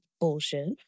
Bullshit